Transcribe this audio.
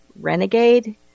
Renegade